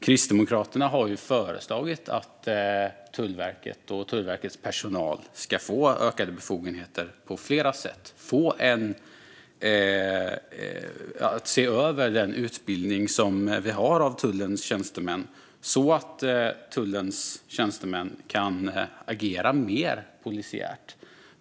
Kristdemokraterna har föreslagit att Tullverket och Tullverkets personal ska få ökade befogenheter på flera sätt och att man ska se över utbildningen av tullens tjänstemän så att de kan agera mer polisiärt.